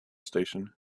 station